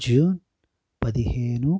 June పదిహేను